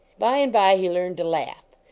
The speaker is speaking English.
by and by, he learned to laugh.